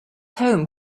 home